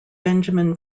benjamin